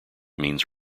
means